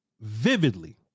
vividly